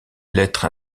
lettres